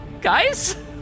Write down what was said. Guys